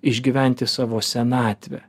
išgyventi savo senatvę